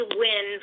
win